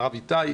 הרב איתי,